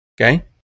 okay